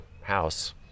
house